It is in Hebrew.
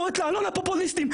היא קוראת לאלונה פופוליסטית.